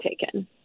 taken